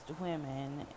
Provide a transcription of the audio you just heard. women